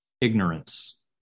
Ignorance